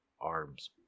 arms